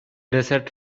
desert